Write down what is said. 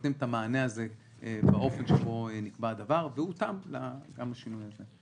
ונותנים את המענה הזה באופן שבו נקבע הדבר והותאם גם לשינוי הזה.